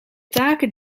taken